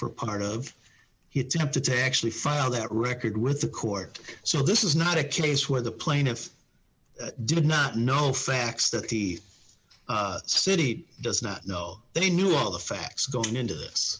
for part of he attempted to actually file that record with the court so this is not a case where the plaintiff did not know the facts that the city does not know they knew all the facts going into this